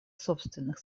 собственных